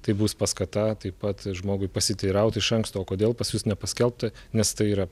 tai bus paskata taip pat žmogui pasiteiraut iš anksto o kodėl pas jus nepaskelbta nes tai yra